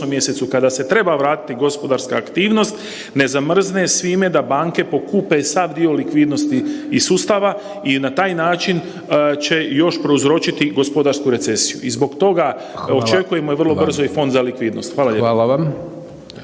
mjesecu kada se treba vratiti gospodarska aktivnost ne zamrzne svime da banke pokupe sav dio likvidnosti iz sustava i na taj način će još prouzročiti gospodarsku recesiju i zbog toga očekujemo vrlo brzo i Fond za likvidnost. Hvala